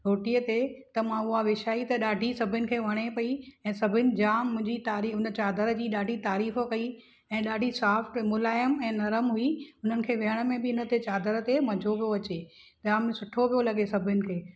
रोटीअ ते त मां उहा विछाई त ॾाढी सभिनि खे वणे पई ऐं सभिनि जाम मुंहिंजी तारीफ़ हुन चादर जी ॾाढी तारीफ़ कई ऐं ॾाढी सॉफ्ट मुलायम ऐं नरम हुई हुननि खे वेहण में बि हिन ते चादर ते मज़ो पियो अचे जाम सुठो पियो लॻे सभिनि खे